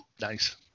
nice